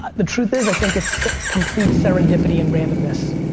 the truth is i think it's complete serendipity and randomness.